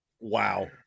wow